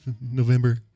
November